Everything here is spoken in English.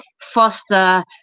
foster